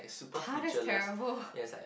!hah! that's terrible